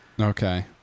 Okay